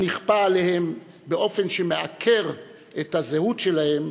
הנכפה עליהם באופן שמעקר את הזהות שלהם,